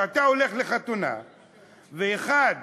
כשאתה הולך לחתונה ואחד